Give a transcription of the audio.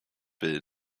will